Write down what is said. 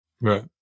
Right